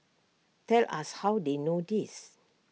tell us how they know this